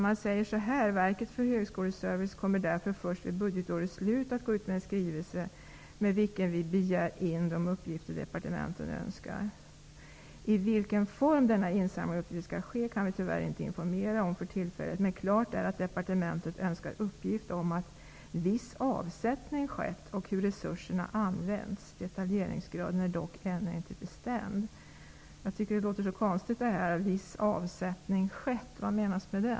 Man säger så här: ''Verket för högskoleservice kommer därför först vid budgetårets slut att gå ut med en skrivelse med vilken vi begär in de uppgifter departementet önskar. I vilken form denna insamling av uppgifter skall ske kan vi tyvärr inte informera om för tillfället men klart är att departementet önskar uppgift om att viss avsättning skett och hur resurserna använts. Detaljeringsgraden är dock ännu inte bestämd.'' Det låter så konstigt. Vad menas med ''att viss avsättning skett''?